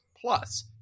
plus